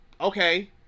okay